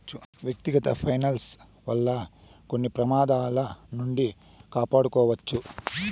వ్యక్తిగత ఫైనాన్స్ వల్ల కొన్ని ప్రమాదాల నుండి కాపాడుకోవచ్చు